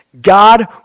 God